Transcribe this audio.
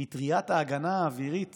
מטריית ההגנה האווירית